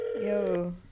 Yo